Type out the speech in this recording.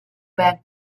back